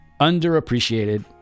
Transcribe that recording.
underappreciated